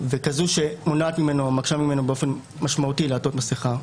וכזאת שמקשה עליו באופן משמעותי לעטות מסכה,